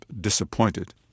disappointed